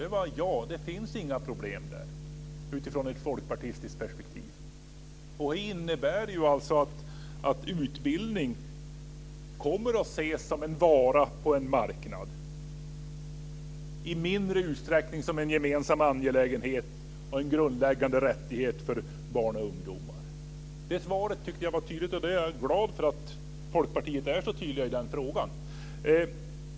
Det var ett ja, och det finns utifrån ett folkpartistiskt perspektiv inga problem med det. Det innebär alltså att utbildning kommer att ses som en vara på en marknad och i mindre utsträckning som en gemensam angelägenhet och en grundläggande rättighet för barn och ungdomar. Det svaret tyckte jag var tydligt. Jag är glad för att Folkpartiet är så tydligt i den frågan.